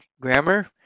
Grammar